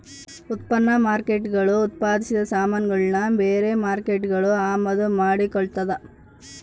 ಉತ್ಪನ್ನ ಮಾರ್ಕೇಟ್ಗುಳು ಉತ್ಪಾದಿಸಿದ ಸಾಮಾನುಗುಳ್ನ ಬೇರೆ ಮಾರ್ಕೇಟ್ಗುಳು ಅಮಾದು ಮಾಡಿಕೊಳ್ತದ